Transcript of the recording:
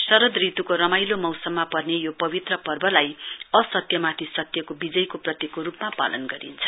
शरद ऋत्को रमाइलो मौसममा पर्ने यो पवित्र पर्वलाई असत्यमाथि सत्यको विजयको प्रतीकको रुपमा पालन गरिन्छ